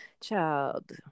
child